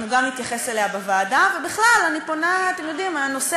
אני הצבעתי בעד ולא נמנעתי.